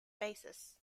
basis